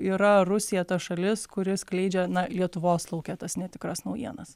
yra rusija ta šalis kuri skleidžia na lietuvos lauke tas netikras naujienas